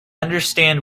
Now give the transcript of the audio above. understand